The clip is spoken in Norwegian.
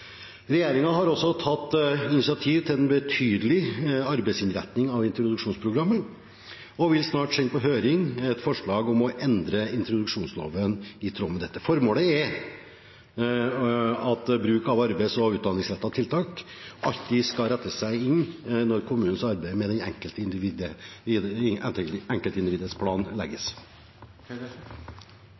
har også tatt initiativ til en betydelig arbeidsinnretning av introduksjonsprogrammet og vil snart sende på høring et forslag om å endre introduksjonsloven i tråd med dette. Formålet er at bruk av arbeids- og utdanningsrettede tiltak alltid skal inn i kommunens arbeid med